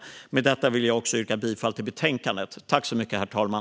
Med detta vill jag yrka bifall till utskottets förslag.